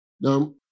Now